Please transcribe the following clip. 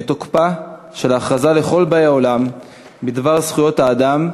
את תוקפה של ההכרזה לכל באי עולם בדבר זכויות האדם,